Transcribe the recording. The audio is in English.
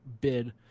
bid